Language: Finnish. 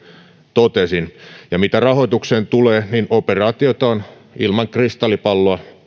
totesin mitä rahoitukseen tulee niin operaatiota on ilman kristallipalloa